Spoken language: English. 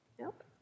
Nope